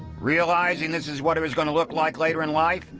realising this was what he was going to look like later in life,